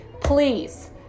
please